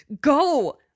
go